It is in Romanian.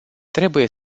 trebuie